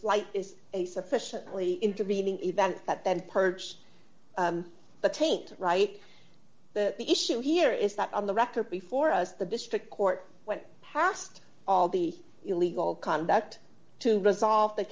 flight is a sufficiently intervening event that then purchased the tape right but the issue here is that on the record before us the district court went past all the illegal conduct to resolve th